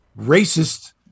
racist